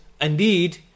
indeed